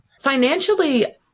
financially